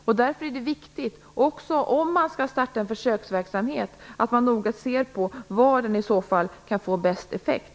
Det är därför viktigt, om man skall starta en försöksverksamhet, att man noga ser på var den i så fall får bäst effekt.